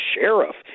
sheriff